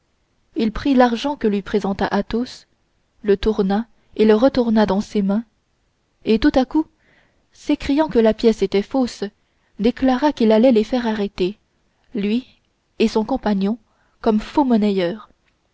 il prit l'argent que lui présenta athos le tourna et le retourna dans ses mains et tout à coup s'écriant que la pièce était fausse il déclara qu'il allait le faire arrêter lui et son compagnon comme faux-monnayeurs